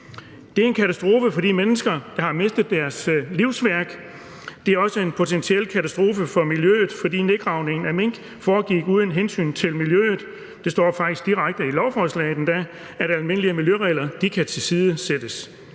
Det er en katastrofe for de mennesker, der har mistet deres livsværk. Det er også en potentiel katastrofe for miljøet, fordi nedgravningen af mink foregik uden hensyn til miljøet. Det står faktisk direkte i lovforslaget, at almindelige miljøregler kan tilsidesættes.